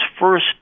first